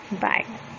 Bye